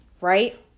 right